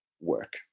work